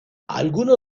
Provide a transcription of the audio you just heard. alguno